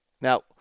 Now